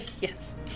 yes